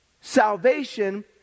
salvation